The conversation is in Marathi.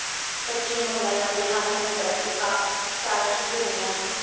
पश्चिम बंगालमध्ये माझ्या मित्राची कापसाची गिरणी आहे